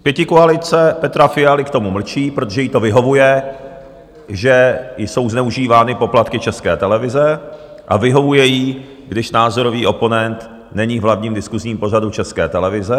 Pětikoalice Petra Fialy k tomu mlčí, protože jí to vyhovuje, že jsou zneužívány poplatky České televize, a vyhovuje jí, když názorový oponent není v hlavním diskusním pořadu České televize.